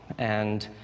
and